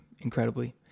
incredibly